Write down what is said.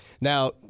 Now